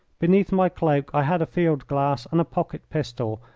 beneath my cloak i had a field-glass and a pocket pistol,